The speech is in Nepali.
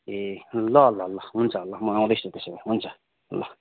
ए ल ल ल हुन्छ ल म आउँदैछु त्यसो भए हुन्छ ल